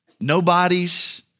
nobodies